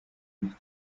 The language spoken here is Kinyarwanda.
rifite